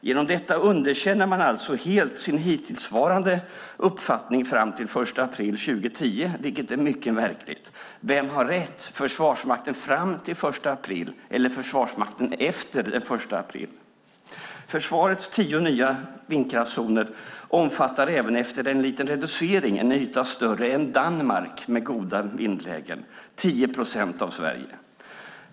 Genom detta underkänner man alltså helt sin hittillsvarande uppfattning fram till den 1 april 2010, vilket är mycket märkligt. Vem har rätt, Försvarsmakten fram till den 1 april eller Försvarsmakten efter den 1 april? Försvarets tio nya vindkraftszoner omfattar även efter en liten reducering en yta större än Danmark med goda vindlägen - 10 procent av Sverige.